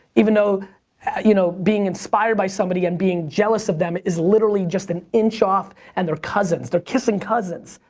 even though you know being inspired by somebody, and being jealous of them is literally just an inch off and they're cousins, they're kissing cousins.